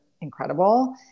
incredible